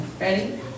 Ready